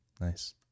nice